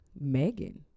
Megan